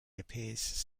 appears